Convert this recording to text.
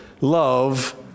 Love